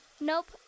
Nope